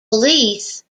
police